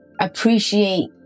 appreciate